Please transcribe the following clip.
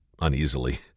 uneasily